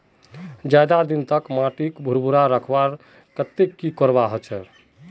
ज्यादा दिन तक माटी भुर्भुरा रखवार केते की करवा होचए?